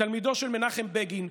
תלמידו של מנחם בגין,